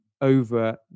over